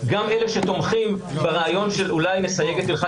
השאלה שלי היא: באילו תנאים אתה חושב שאפשר לצמצם את עילת